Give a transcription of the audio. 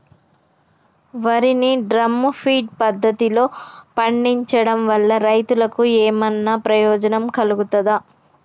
వరి ని drum feed పద్ధతిలో పండించడం వల్ల రైతులకు ఏమన్నా ప్రయోజనం కలుగుతదా?